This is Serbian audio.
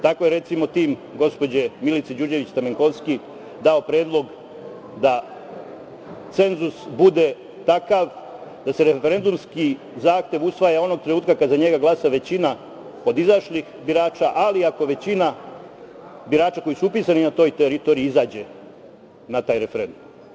Tako je, recimo, tim gospođe Milice Đurđević Stamenkovski dao predlog da cenzus bude takav da se referendumski zahtev usvaja onog trenutka kada za njega glasa većina od izašlih birača, ali ako većina birača koji su upisani na toj teritoriji izađe na taj referendum.